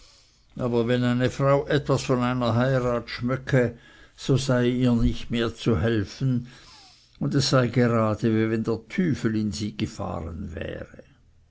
aber wenn eine frau etwas von einer heirat schmöcke so sei es ihr nicht mehr zu helfen und es sei gerade wie wenn der teufel in sie gefahren wäre